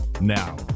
Now